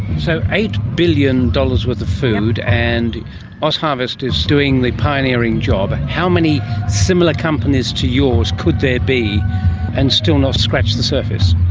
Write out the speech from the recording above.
so eight billion dollars worth of food, and ozharvest is doing the pioneering job. how many similar companies to yours could there be and still not scratch the surface?